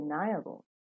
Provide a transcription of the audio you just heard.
undeniable